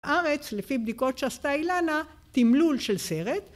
ארץ לפי בדיקות שעשתה אילנה תמלול של סרט